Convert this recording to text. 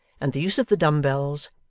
and the use of the dumb-bells,